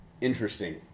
interesting